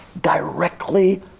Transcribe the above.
directly